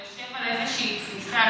זה יושב על איזושהי תפיסה,